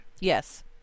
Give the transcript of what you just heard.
Yes